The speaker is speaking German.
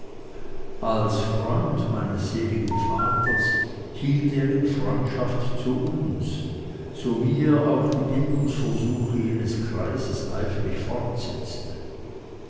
als freund meines seligen vaters hielt er in freundschaft zu uns so wie er auch die bildungsversuche jenes kreises eifrig fortsetzte